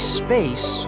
space